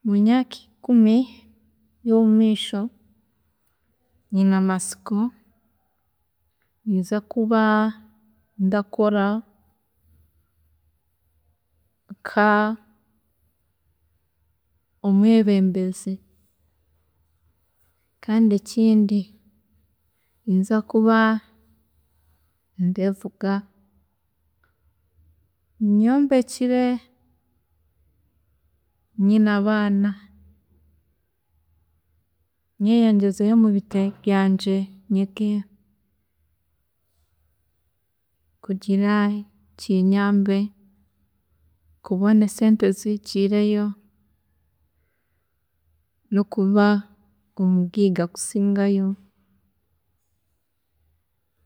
Emyaaka ikumi yomumaisho nyine amasiko ninza kuba ndakora nka omwebembezi, kandi ekindi ninza kuba ndevuga, nyombekire, nyine abaana nyeyongyezeyo mubitabo byangye nyege kugira kinyambe kubona esente ziigiireyo n'okuba omugaiga akusingayo.